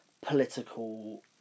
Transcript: political